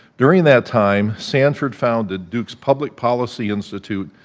during that time, sanford founded duke's public policy institute,